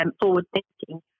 forward-thinking